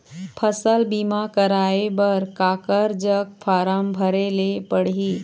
फसल बीमा कराए बर काकर जग फारम भरेले पड़ही?